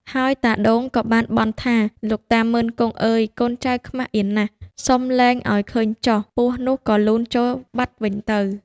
ហើយតាដូងក៏បានបន់ថា លោកតា មុឺន-គង់ អើយ កូនចៅខ្មាសអៀនណាស់ សុំលែងឲ្យឃើញចុះ ពស់នោះក៏លូនចូលបាត់វិញទៅ។